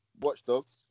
Watchdogs